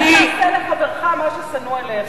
אל תעשה לחברך מה ששנוא עליך.